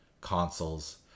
consoles